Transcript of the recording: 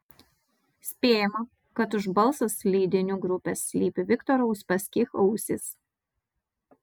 spėjama kad už balsas leidinių grupės slypi viktoro uspaskich ausys